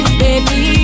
baby